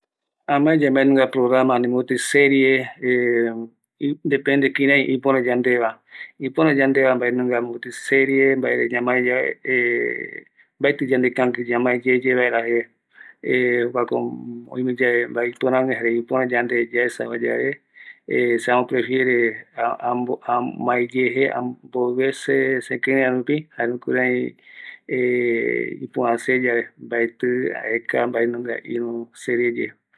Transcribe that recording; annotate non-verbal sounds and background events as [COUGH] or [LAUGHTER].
Amae yave mbae, mopeti programa, ani serie depende kirai ipöra yandeva, ïpörä yandeva mopeti serie, mbaere ñamaeyave [HESITATION] mbaetï yande kangui ñamaeyeye vaera je, ● [HESITATION] jokuako oime yave mbae ïpörägue, jare ïpörä yande yaesava yave, se ambo prefiere amae ye je, mbovi vece se sekïrëïa rupi, ani jukurai [HESITATION] ïpörä seve yave, mbaeti aekaye ïru serie ye.